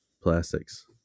plastics